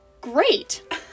great